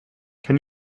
can